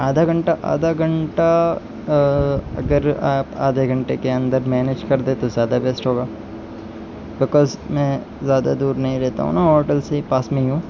آدھا گھنٹہ آدھا گھنٹہ اگر آپ آدھے گھنٹے کے اندر مینیج کر دیں تو زیادہ بیسٹ ہوگا بکاز میں زیادہ دور نہیں رہتا ہوں نا ہوٹل سے پاس میں ہی ہوں